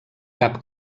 cap